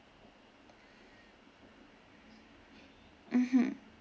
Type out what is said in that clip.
mmhmm